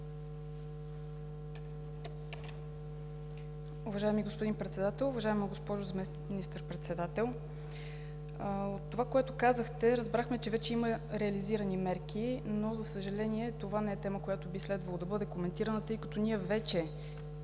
Уважаеми господин Председател! Уважаема госпожо Заместник министър-председател, от това, което казахте, разбрахме, че вече има реализирани мерки, но, за съжаление, това не е тема, която би следвало да бъде коментирана, тъй като ние вече